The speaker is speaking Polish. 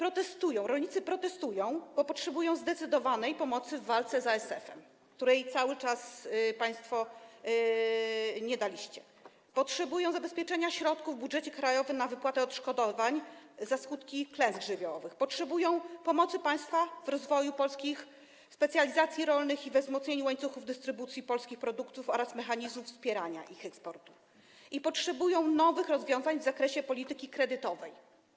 Rolnicy protestują, bo potrzebują zdecydowanej pomocy w walce z ASF, której cały czas państwo nie udzieliliście, potrzebują zabezpieczenia środków w budżecie krajowym na wypłatę odszkodowań z tytułu klęsk żywiołowych, potrzebują pomocy państwa w rozwoju polskich specjalizacji rolnych i we wzmocnieniu łańcuchów dystrybucji polskich produktów oraz mechanizmów wspierania ich eksportu, potrzebują też nowych rozwiązań w zakresie polityki kredytowej.